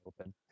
open